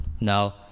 Now